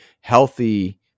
healthy